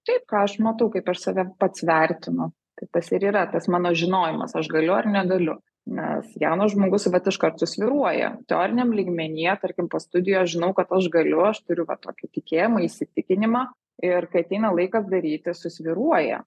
taip ką aš matau kaip aš save pats vertinu tai tas ir yra tas mano žinojimas aš galiu ar negaliu nes jaunas žmogus vat iškart susvyruoja teoriniam lygmenyje tarkim po studijų aš žinau kad aš galiu aš turiu va tokį tikėjimą įsitikinimą ir kai ateina laikas daryti susvyruoja